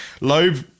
Loeb